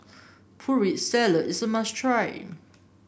Putri Salad is a must try